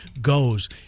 goes